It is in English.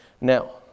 Now